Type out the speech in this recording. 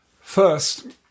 First